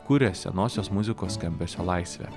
kuria senosios muzikos skambesio laisvę